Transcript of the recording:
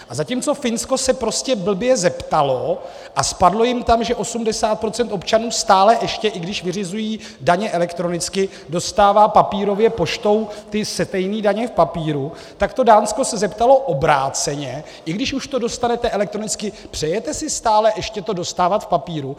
A zatímco Finsko se prostě blbě zeptalo a spadlo jim tam, že 80 % občanů stále ještě, i když vyřizují daně elektronicky, dostává papírově poštou ty stejné daně v papíru, tak to Dánsko se zeptalo obráceně: i když už to dostanete elektronicky, přejete si stále ještě to dostávat v papíru?